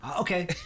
okay